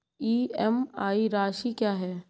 EMI राशि क्या है?